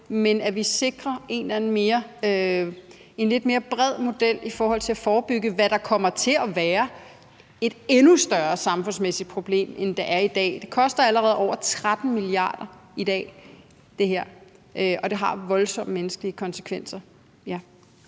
i, at vi sikrer en lidt mere bred model for at forebygge, hvad der kommer til at være et endnu større samfundsmæssigt problem, end det er i dag. Det her koster allerede over 13 mia. kr. i dag, og det har voldsomme menneskelige konsekvenser.